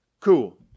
cool